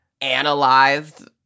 analyzed